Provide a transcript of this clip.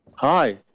Hi